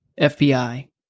FBI